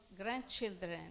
grandchildren